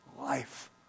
life